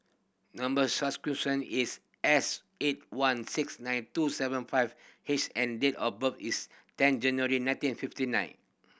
number is S eight one six nine two seven five H and date of birth is ten January nineteen fifty nine